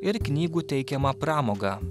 ir knygų teikiamą pramogą